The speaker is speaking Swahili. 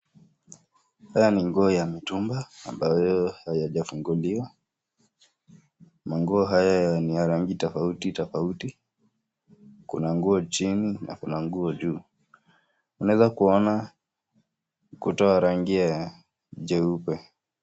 Haya ni nguo ya mitumba ambayo hayajafunguliwa, manguo haya ni ya rangi tofauti tofauti, kuna nguo chini na kuna nguo juu. Unaweza kuona kutoa rangi ya jeupe.